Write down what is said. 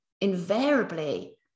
invariably